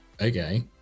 okay